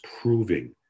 proving